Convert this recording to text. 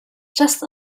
just